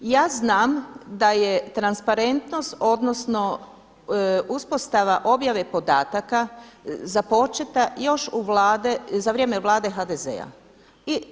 Ja znam da je transparentnost, odnosno uspostava objave podataka započeta još u Vlade, za vrijeme Vlade HDZ-a.